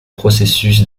processus